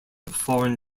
foreign